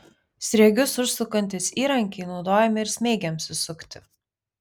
sriegius užsukantys įrankiai naudojami ir smeigėms įsukti